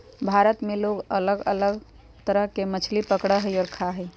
भारत में लोग अलग अलग तरह के मछली पकडड़ा हई और खा हई